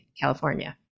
California